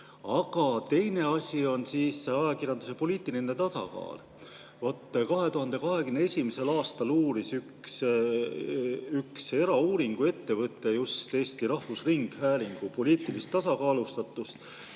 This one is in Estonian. Aga teine asi on ajakirjanduse poliitiline tasakaal. Vot, 2021. aastal uuris üks erauuringute ettevõte just Eesti Rahvusringhäälingu poliitilist tasakaalustatust